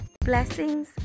blessings